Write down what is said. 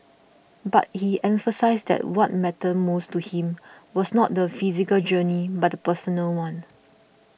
but he emphasised that what mattered most to him was not the physical journey but the personal one